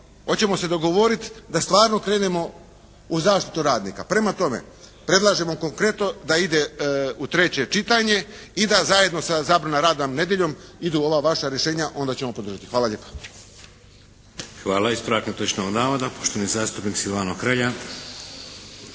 hoćemo li se dogovoriti da stvarno krenemo u zaštitu radnika. Prema tome, predlažemo konkretno da ide u treće čitanje i da zajedno sa zabranom rada nedjeljom idu ova vaša rješenja onda ćemo podržati. Hvala lijepo. **Šeks, Vladimir (HDZ)** Hvala. Ispravak netočnog navoda, poštovani zastupnik Silvano Hrelja.